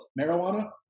Marijuana